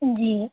جی